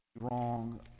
wrong